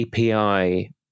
API